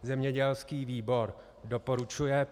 Zemědělský výbor doporučuje